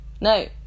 No